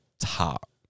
top